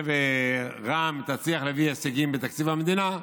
שרע"מ תצליח להביא הישגים בתקציב המדינה,